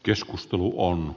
keskustelu on